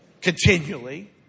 continually